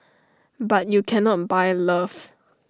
but you cannot buy love